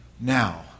Now